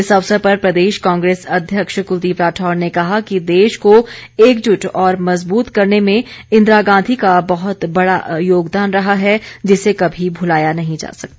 इस अवसर पर प्रदेश कांग्रेस अध्यक्ष कुलदीप राठौर ने कहा कि देश को एकजुट और मजबूत करने में इंदिरा गांधी का बहुत बड़ा योगदान रहा है जिसे कभी भुलाया नहीं जा सकता